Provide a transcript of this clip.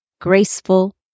graceful